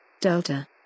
Delta